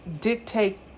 dictate